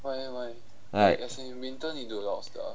like